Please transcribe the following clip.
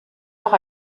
auch